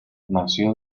nació